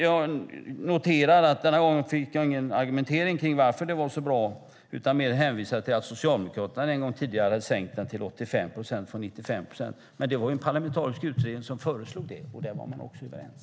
Jag noterar att jag denna gång inte fick någon argumentering kring varför det var så bra utan blev hänvisad till att Socialdemokraterna en gång tidigare hade sänkt den från 95 procent till 85 procent. Det var dock en parlamentarisk utredning som föreslog det, och där var man också överens.